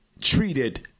treated